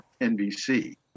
NBC